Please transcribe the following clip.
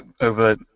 over